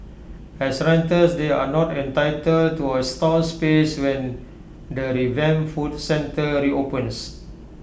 as renters they are not entitled to A stall space when the revamped food centre reopens